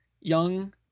young